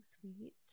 sweet